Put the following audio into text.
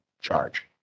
charge